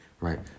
right